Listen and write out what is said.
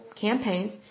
campaigns